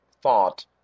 thought